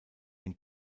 den